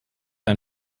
ein